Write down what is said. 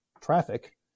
traffic